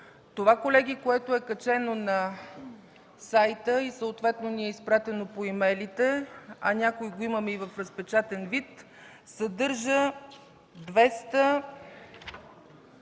Това, колеги, което е качено на сайта и съответно ни е изпратено по имейлите, а някои го имаме и в разпечатан вид, съдържа 242